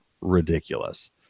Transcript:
ridiculous